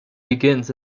begins